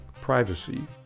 privacy